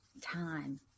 time